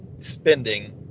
spending